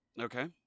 Okay